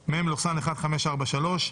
(מ/1543).